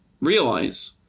realize